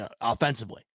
offensively